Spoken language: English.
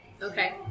Okay